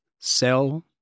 sell